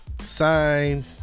sign